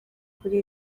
kuri